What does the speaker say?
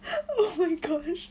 oh my gosh